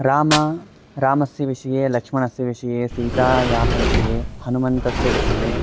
रामः रामस्य विषये लक्ष्मणस्य विषये सीतायाः विषये हनुमतः विषये